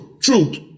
truth